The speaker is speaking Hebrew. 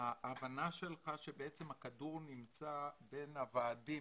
ההבנה שלך שבעצם הכדור נמצא בין הוועדים